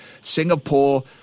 Singapore